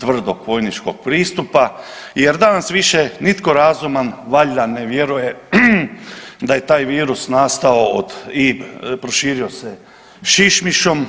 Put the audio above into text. tvrdog vojničkog pristupa jer danas više nitko razuman valjda ne vjeruje da je taj virus nastao od i proširio se šišmišom.